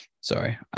Sorry